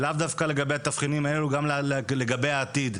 לאו דווקא לגבי התבחינים האלה, גם לגבי העתיד.